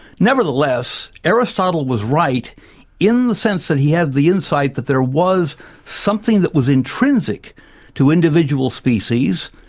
nevertheless, aristotle was right in the sense that he had the insight that there was something that was intrinsic to individual species,